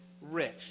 rich